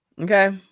okay